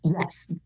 Yes